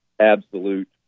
absolute